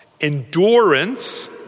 Endurance